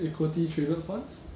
equality traded funds